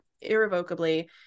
irrevocably